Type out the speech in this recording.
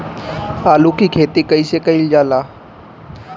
आलू की खेती कइसे कइल जाला?